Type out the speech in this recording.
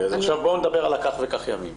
אז עכשיו בוא ונדבר על הכך וכך ימים.